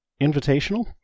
Invitational